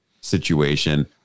situation